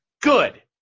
Good